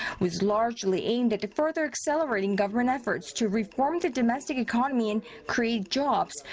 was largely aimed at further accelerating government efforts to reform the domestic economy and create jobs,